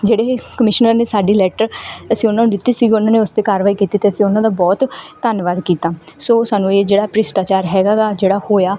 ਜਿਹੜੇ ਕਮਿਸ਼ਨਰ ਨੇ ਸਾਡੀ ਲੈਟਰ ਅਸੀਂ ਉਹਨਾਂ ਨੂੰ ਦਿੱਤੀ ਸੀਗੀ ਉਹਨਾਂ ਨੇ ਉਸ 'ਤੇ ਕਾਰਵਾਈ ਕੀਤੀ ਅਤੇ ਅਸੀਂ ਉਹਨਾਂ ਦਾ ਬਹੁਤ ਧੰਨਵਾਦ ਕੀਤਾ ਸੋ ਉਹ ਸਾਨੂੰ ਇਹ ਜਿਹੜਾ ਭ੍ਰਿਸ਼ਟਾਚਾਰ ਹੈਗਾ ਗਾ ਜਿਹੜਾ ਹੋਇਆ